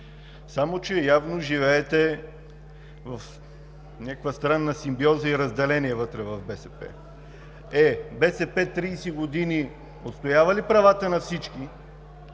Само че явно живеете в някаква странна симбиоза и разделение вътре в БСП. Е, БСП 30 години отстоява ли правата на всички,